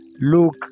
look